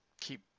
keep